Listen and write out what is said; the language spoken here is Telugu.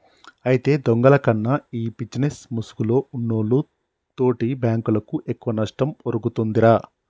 అయితే దొంగల కన్నా ఈ బిజినేస్ ముసుగులో ఉన్నోల్లు తోటి బాంకులకు ఎక్కువ నష్టం ఒరుగుతుందిరా